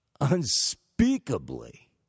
unspeakably